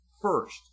First